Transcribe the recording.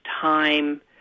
time